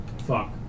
Fuck